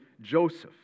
Joseph